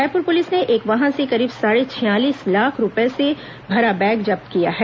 Raipur police ने एक वाहन से करीब साढ़े छियालीस लाख रूपये से भरा बैग जब्त किया है